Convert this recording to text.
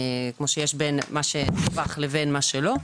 כמו שיש בין מה שדווח לבין מה שלא.